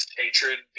hatred